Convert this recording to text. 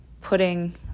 putting